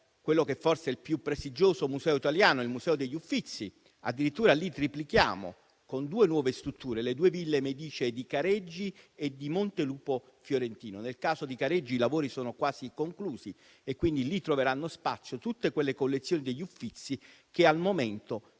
quello che forse è il più prestigioso museo italiano, il Museo degli Uffizi: addirittura lì gli spazi saranno triplicati, con due nuove strutture, le due ville medicee di Careggi e di Montelupo Fiorentino. Nel caso di Careggi, i lavori sono quasi conclusi e quindi lì troveranno spazio le collezioni degli Uffizi che al momento